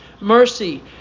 mercy